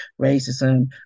racism